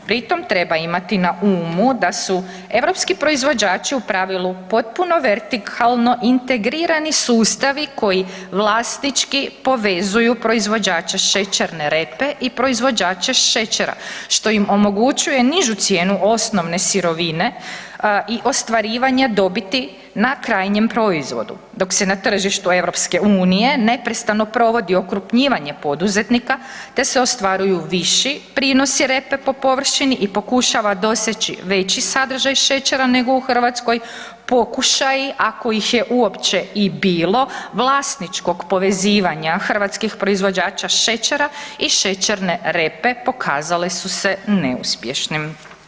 Pri tom treba imati na umu da su europski proizvođači u pravili potpuno vertikalno integrirani sustavi koji vlasnički povezuju proizvođača šećerne repe i proizvođače šećera što im omogućuje nižu cijenu osnovne sirovine i ostvarivanje dobiti na krajnjem proizvodu, dok se na tržištu EU neprestano provodi okrupnjivanje poduzetnika te se ostvaruju viši prinosi repe po površini i pokušava doseći veći sadržaj šećera nego u Hrvatskoj, pokušaj ako ih je uopće i bilo, vlasničkog povezivanja hrvatskih proizvođača šećera i šećerne repe pokazale su se neuspješnim.